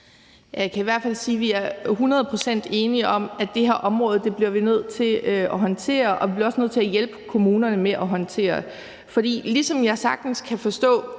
Jeg kan i hvert fald sige, at vi er hundrede procent enige om, at det her område bliver vi nødt til at håndtere, og vi bliver også nødt til at hjælpe kommunerne med at håndtere det. For ligesom jeg sagtens kan forstå